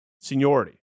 seniority